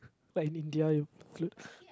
like in India you flute